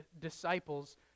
disciples